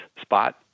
spot